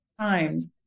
times